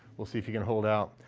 we'll see if you can hold out.